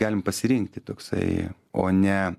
galim pasirinkti toksai o ne